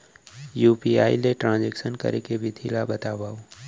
UPI ले transaction करे के विधि ला बतावव?